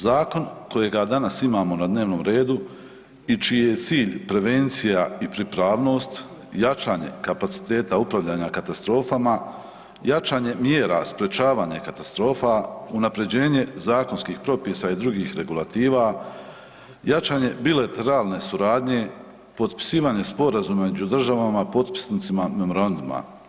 Zakon kojega danas imamo na dnevnom redu i čiji je cilj prevencija i pripravnost, jačanje kapaciteta upravljanja katastrofama, jačanje mjera, sprječavanje katastrofa, unaprjeđenje zakonskih propisa i drugih regulativa, jačanje bilateralne suradnje, potpisivanje sporazuma među državama potpisnicima memoranduma.